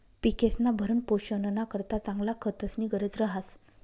पिकेस्ना भरणपोषणना करता चांगला खतस्नी गरज रहास